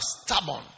stubborn